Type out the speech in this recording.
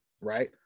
right